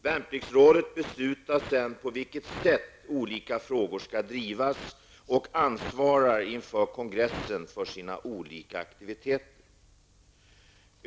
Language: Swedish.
Värnpliktsrådet beslutar sedan på vilket sätt olika frågor skall drivas och ansvarar inför kongressen för sina olika aktiviteter.